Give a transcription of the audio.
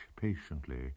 patiently